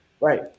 Right